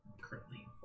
currently